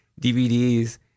DVDs